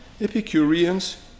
Epicureans